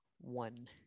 one